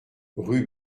rue